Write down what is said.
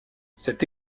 cette